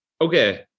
okay